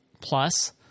Plus